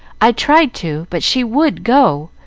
i tried to, but she would go.